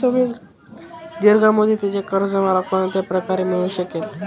दीर्घ मुदतीचे कर्ज मला कोणत्या प्रकारे मिळू शकेल?